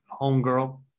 homegirl